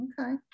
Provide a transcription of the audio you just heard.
Okay